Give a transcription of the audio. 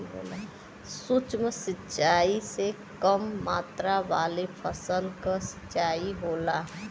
सूक्ष्म सिंचाई से कम मात्रा वाले फसल क सिंचाई होला